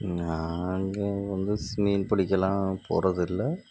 நாங்கள் வந்து மீன் பிடிக்கலாம் போவது இல்லை